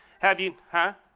have you huh?